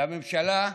הממשלה,